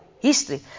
history